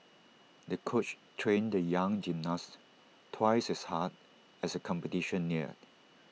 the coach trained the young gymnast twice as hard as the competition neared